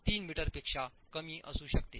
3 मीटरपेक्षा कमी असू शकते